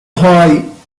high